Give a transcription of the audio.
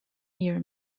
near